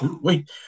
wait